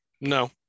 No